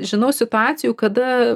žinau situacijų kada